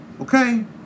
Okay